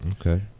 Okay